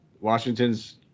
Washington's